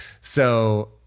So-